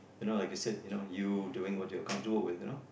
you know like I said you know you doing what you are comfortable with you know